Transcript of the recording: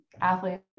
athletes